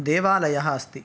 देवालयः अस्ति